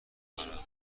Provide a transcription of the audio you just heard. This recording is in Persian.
دارم